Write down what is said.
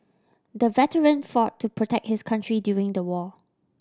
the veteran fought to protect his country during the war